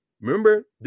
Remember